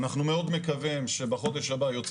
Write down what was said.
אנחנו מאוד מקווים שבחודש הבא יוצא